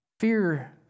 fear